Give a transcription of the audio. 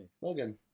Logan